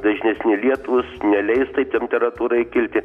dažnesni lietūs neleis temperatūrai kilti